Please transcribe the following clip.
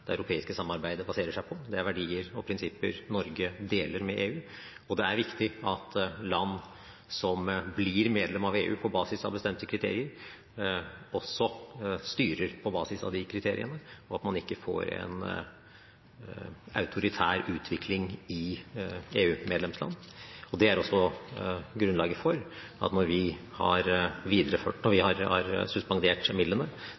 det europeiske samarbeidet baserer seg på. Det er verdier og prinsipper Norge deler med EU, og det er viktig at land som blir medlem av EU på basis av bestemte kriterier, også styrer på basis av de kriteriene, og at man ikke får en autoritær utvikling i EU-medlemsland. Det er også grunnlaget for at når vi har suspendert midlene, tar vi